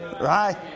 right